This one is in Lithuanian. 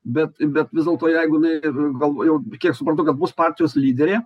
bet bet vis dėlto jeigu jinai ir gal jau kiek suprantu kad bus partijos lyderė